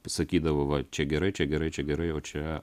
sakydavo va čia gerai čia gerai čia gerai o čia